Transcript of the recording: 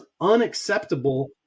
unacceptable